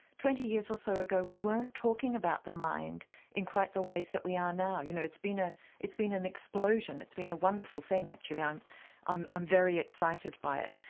twenty years or so ago we weren't talking about the mind in quite the ways that we are now. you know it's been ah it's been an explosion, it's been a wonderful thing actually, i'm i'm very excited by it,